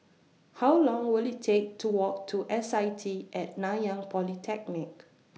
How Long Will IT Take to Walk to S I T At Nanyang Polytechnic